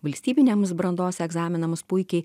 valstybiniams brandos egzaminams puikiai